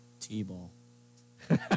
T-ball